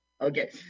Okay